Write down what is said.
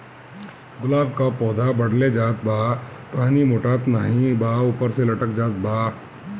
गुलाब क पौधा बढ़ले जात बा टहनी मोटात नाहीं बा ऊपर से लटक जात बा?